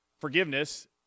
Forgiveness